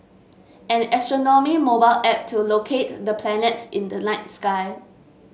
an astronomy mobile app to locate the planets in the night sky